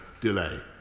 delay